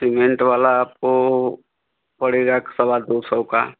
cement वाला आपको पड़ेगा एक सवा दौ सौ का